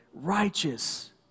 righteous